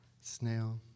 Snail